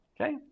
Okay